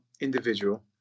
individual